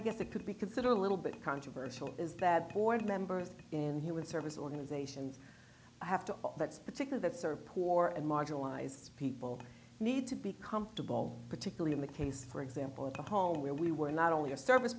i guess it could be considered a little bit controversial is that board members in human service organizations have to that's particular that serve poor and marginalized people need to be comfortable particularly in the case for example at the home where we were not only a service